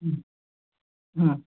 ಹ್ಞೂ ಹಾಂ